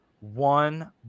one